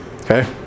Okay